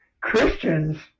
Christians